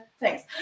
Thanks